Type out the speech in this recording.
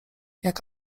jak